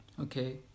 Okay